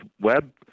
web